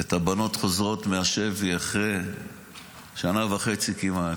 את הבנות חוזרות מהשבי אחרי שנה וחצי כמעט,